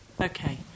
Okay